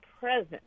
present